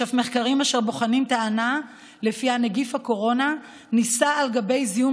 יש אף מחקרים אשר בוחנים טענה שלפיה נגיף הקורונה נישא על גבי זיהום